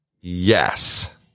Yes